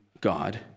God